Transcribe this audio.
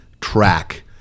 track